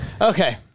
Okay